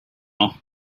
now